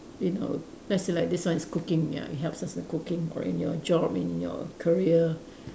in our let's say like this one is cooking ya it helps us in cooking or in your job in your career